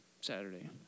Saturday